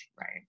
right